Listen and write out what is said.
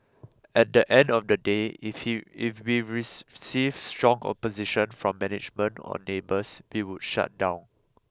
at the end of the day if if we received strong opposition from management or neighbours we would shut down